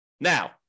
Now